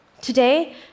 Today